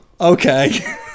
okay